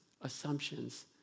assumptions